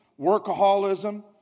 workaholism